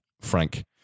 Frank